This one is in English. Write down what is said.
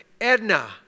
Edna